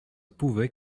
pouvait